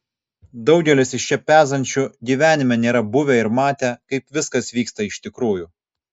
daugelis iš čia pezančių gyvenime nėra buvę ir matę kaip viskas vyksta iš tikrųjų